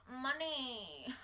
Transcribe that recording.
money